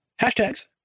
hashtags